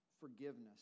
forgiveness